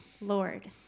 lord